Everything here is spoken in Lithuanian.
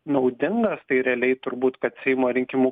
naudingas tai realiai turbūt kad seimo rinkimų